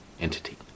entity